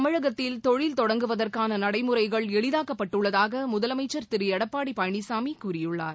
தமிழகத்தில் தொழில் தொடங்குவதற்கான நடைமுறைகள் எளிதாக்கப்பட்டுள்ளதாக முதலமைச்சர் திரு எடப்பாடி பழனிசாமி கூறியுள்ளார்